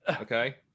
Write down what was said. okay